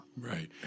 right